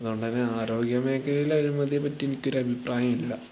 അതുകൊണ്ടുതന്നെ ആരോഗ്യമേഖലയിലെ അഴിമതിയെപ്പറ്റി എനിക്ക് ഒരു അഭിപ്രായം ഇല്ല